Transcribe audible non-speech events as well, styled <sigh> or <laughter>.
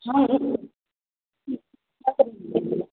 हँ <unintelligible>